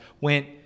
went